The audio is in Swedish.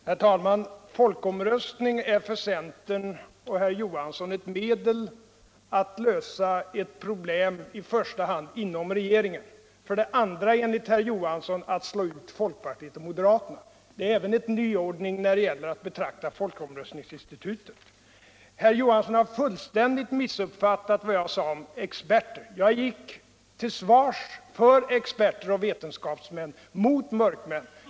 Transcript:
Herr tälman! Folkomröstning är för centern och herr Johansson ett medel, i första hand när det gäller att lösa eu problem inom regeringen och i andra hand enligt herr Johansson när det gäller att slå ut folkpartiet och moderaterna. Det innebär en nyordning i sättet att betrakta fölkomröstningsinstitutet. Herr Johansson har fullständigt missuppfattat vad jag sade om expener. Jag gick till svars för experter och vetenskapsmiän mot mörkmän.